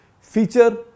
feature